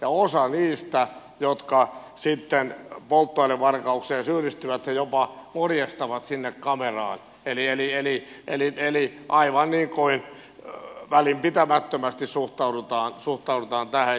jotkut niistä jotka polttoainevarkauteen syyllistyvät jopa morjestavat sinne kameraan eli aivan niin kuin välinpitämättömästi suhtaudutaan tähän